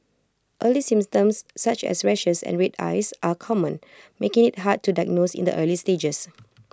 early symptoms such as rashes and red eyes are common making IT hard to diagnose in the early stages